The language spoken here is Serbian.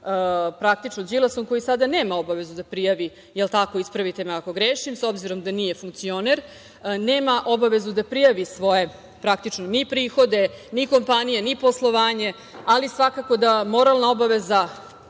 praktično Đilasom, koji sada nema obavezu da prijavi, jel tako, ispravite me ako grešim, s obzirom da nije funkcioner, nema obavezu da prijavi svoje ni prihode, ni kompanije, ni poslovanje, ali svakako da moralna obaveza